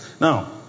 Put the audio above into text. Now